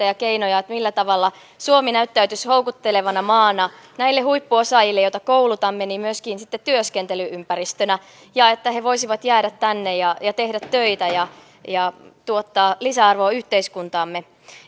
ja keinoja millä tavalla suomi näyttäytyisi houkuttelevana maana näille huippuosaajille joita koulutamme sitten myöskin työskentely ympäristönä että he voisivat jäädä tänne ja ja tehdä töitä ja ja tuottaa lisäarvoa yhteiskuntaamme